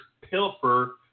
pilfer